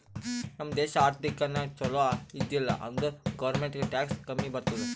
ನಮ್ ದೇಶ ಆರ್ಥಿಕ ನಾಗ್ ಛಲೋ ಇದ್ದಿಲ ಅಂದುರ್ ಗೌರ್ಮೆಂಟ್ಗ್ ಟ್ಯಾಕ್ಸ್ ಕಮ್ಮಿ ಬರ್ತುದ್